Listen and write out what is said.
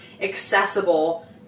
accessible